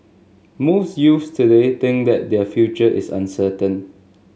most youths today think that their future is uncertain